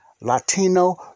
Latino